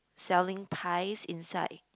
selling pies inside